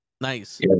Nice